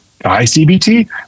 ICBT